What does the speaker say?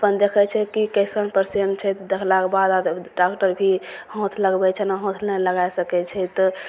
अपन देखय छै कि कैसन पेशेन्ट छै देखलाके बाद डॉक्टर भी हाथ लगबय छै एना हाथ नहि लगा सकय छै तऽ